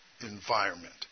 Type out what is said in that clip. environment